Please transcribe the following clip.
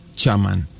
chairman